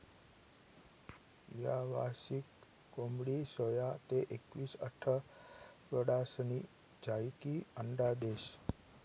यावसायिक कोंबडी सोया ते एकवीस आठवडासनी झायीकी अंडा देस